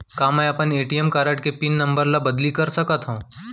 का मैं अपन ए.टी.एम कारड के पिन नम्बर ल बदली कर सकथव?